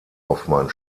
hoffmann